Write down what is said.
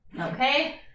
Okay